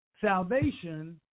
salvation